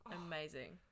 Amazing